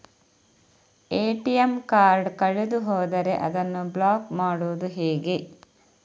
ATM card ಕಳೆದು ಹೋದರೆ ಅದನ್ನು ಬ್ಲಾಕ್ ಮಾಡುವುದು ಹೇಗೆ?